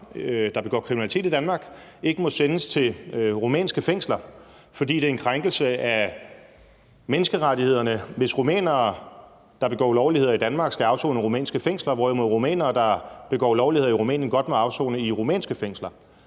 der begår kriminalitet i Danmark, ikke må sendes til rumænske fængsler, altså fordi det er en krænkelse af menneskerettighederne, hvis rumænere, der begår ulovligheder i Danmark, skal afsone i rumænske fængsler, hvorimod rumænere, der begår ulovligheder i Rumænien, godt må afsone i rumænske fængsler.